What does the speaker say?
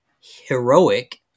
heroic